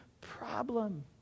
problem